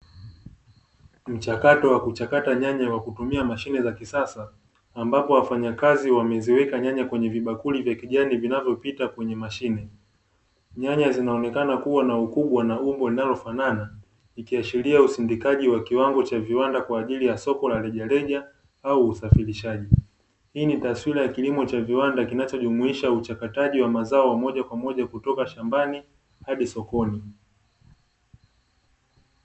Mchakato wa kuchakata nyanya kwa kutumia mashine za kisasa ambapo wafanyakazi wameziweka nyanya kwenye vibakuli vya kijani vinavyopita kwenye mashine nyanya zikionekana na ukubwa wa umbo linalo fanana ikiashiria usindikaji wa kiwango cha viwanda kwaajili ya soko la rejareja au uzalishaji hii ni taswira inayojumuisha uchakataji wa mazao wa moja kwa moja kutoka shambani hadi sokoni.